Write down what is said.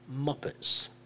Muppets